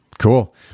Cool